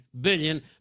billion